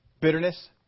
bitterness